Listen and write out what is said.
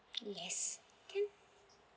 yes can